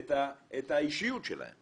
את האישיות שלהם.